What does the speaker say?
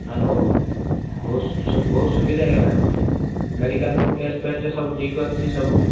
hello ବହୁ ବହୁ ସୁବିଧା ହୋଇଗଲାଣି ମେଡ଼ିକାଲ ସବୁ ଟେଷ୍ଟ ଫେଷ୍ଟ ସବୁ ଠିକ୍ ଅଛି ସବୁ